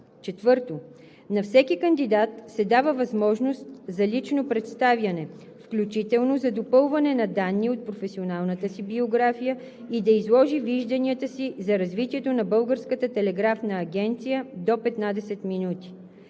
4. На всеки кандидат се дава възможност за лично представяне, включително за допълване на данни от професионалната си биография и да изложи вижданията си за развитие на Българската телеграфна агенция – до 15 минути.